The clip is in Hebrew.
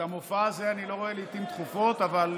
את המופע הזה אני לא רואה לעיתים תכופות, אבל